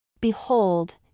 Behold